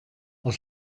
els